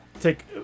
take